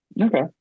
Okay